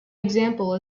example